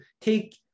take